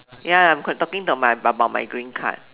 ya I'm q~ talking to my about my green card